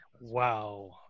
Wow